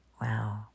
Wow